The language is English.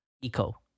Eco